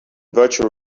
virtual